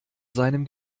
seinem